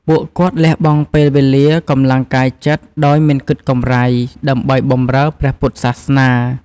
ពួកគាត់លះបង់ពេលវេលា កម្លាំងកាយចិត្ត ដោយមិនគិតកម្រៃ ដើម្បីបម្រើព្រះពុទ្ធសាសនា។